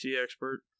expert